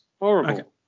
Horrible